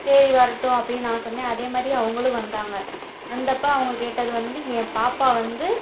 சரி வரட்டும் அப்படின்னு நான் சொன்னேன் அதே மாதிரி அவங்களும் வந்தாங்கள் வந்தப்போ அவங்க கேட்டது வந்து என் பாப்பா வந்து